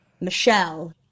Michelle